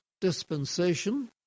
dispensation